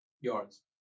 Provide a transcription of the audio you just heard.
Yards